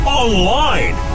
online